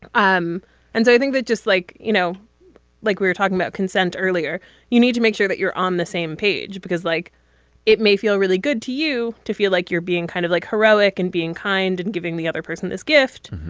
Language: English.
um and i think that just like you know like we're talking about consent earlier you need to make sure that you're on the same page because like it may feel really good to you to feel like you're being kind of like heroic and being kind and giving the other person this gift.